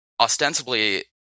ostensibly